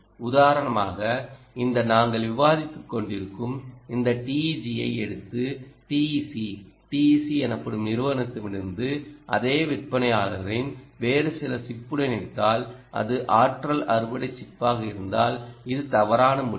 உதாரணமாகஇந்த நாங்கள் விவாதித்துக்கொண்டிருக்கும் இந்த TEG ஐ எடுத்து TEC TEC எனப்படும்நிறுவனத்திடமிருந்து அதே விற்பனையாளரின் வேறு சில சிப்புடன் இணைத்தால் அது ஆற்றல் அறுவடை சிப்பாக இருந்தால் இது தவறான முடிவு